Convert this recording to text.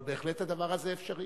אבל בהחלט הדבר הזה אפשרי.